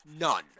None